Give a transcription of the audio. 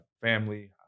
family